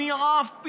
אני עף,